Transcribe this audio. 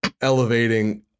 elevating